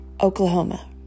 Oklahoma